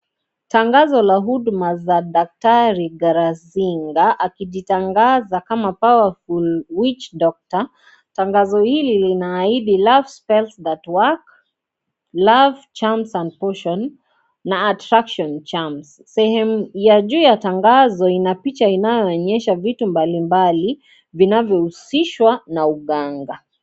Tangazo la huduma za daktari Karazinga l,akijitagsza kama (CS) powerful witch doctor(CS) tangazo hili lina ahidi,(CS)love spell that works love charms and caution na attraction charms(CS), sehemu ya juu ya tangazo ina picha inao onyesha vitu mbalimbali vinavyouzishwa na ukanga